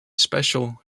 special